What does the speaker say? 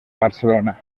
barcelona